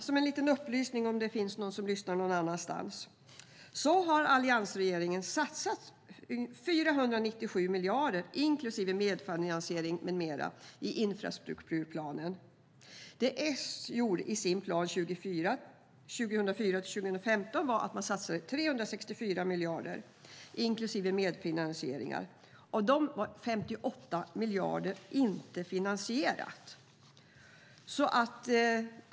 Som en liten upplysning, om det finns någon som lyssnar någon annanstans, vill jag säga att alliansregeringen har satsat 497 miljarder, inklusive medfinansiering med mera, i infrastrukturplanen. Det S gjorde i sin plan 2004-2015 var att man satsade 364 miljarder, inklusive medfinansieringar. Av dem var 58 miljarder inte finansierade.